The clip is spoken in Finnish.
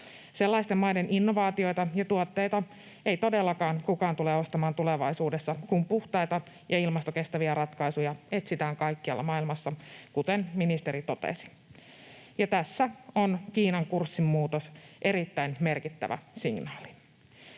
Sellaisten maiden innovaatioita ja tuotteita ei todellakaan kukaan tule ostamaan tulevaisuudessa, kun puhtaita ja ilmastokestäviä ratkaisuja etsitään kaikkialla maailmassa, kuten ministeri totesi. Tässä on Kiinan kurssinmuutos erittäin merkittävä signaali.